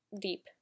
deep